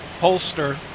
holster